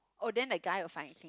oh then the guy will find